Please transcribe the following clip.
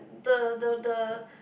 the the the